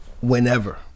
whenever